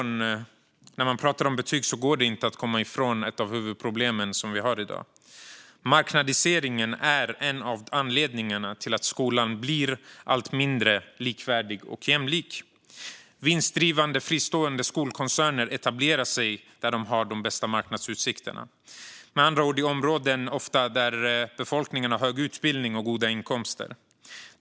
När man pratar om betyg går det inte att komma ifrån ett av de huvudproblem som vi har i dag. Marknadiseringen är en av anledningarna till att skolan blir allt mindre likvärdig och jämlik. Vinstdrivande fristående skolkoncerner etablerar sig där de har de bästa marknadsutsikterna, med andra ord ofta i områden där befolkningen har hög utbildning och goda inkomster.